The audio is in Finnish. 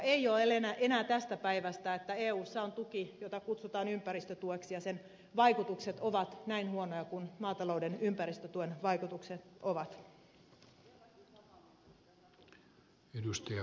ei ole enää tästä päivästä että eussa on tuki jota kutsutaan ympäristötueksi mutta jonka vaikutukset ovat näin huonoja kuin maatalouden ympäristötuen vaikutukset ovat